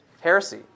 heresy